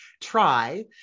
try